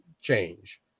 change